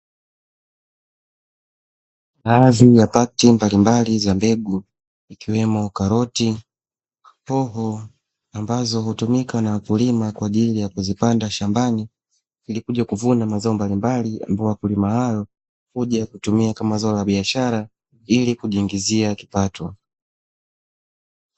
Baadhi ya pakiti mbalimbali za mbegu ikiwemo karoti, na huzu ambazo hutumika na wakulima, kwa ajili ya kuzipanda shambani nilikuja kuvuna mazao mbalimbali yaliyokuwa kulima huko kuja kutumia kama zao la biashara ili kujiingizia kipato.